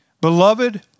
Beloved